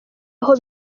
aho